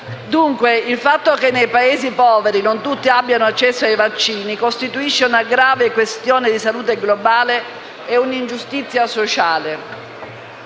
Dunque, il fatto che nei Paesi poveri non tutti abbiano accesso ai vaccini costituisce una grave questione di salute globale e un'ingiustizia sociale.